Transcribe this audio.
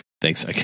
thanks